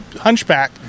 Hunchback